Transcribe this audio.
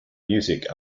music